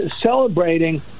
celebrating